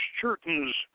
Churton's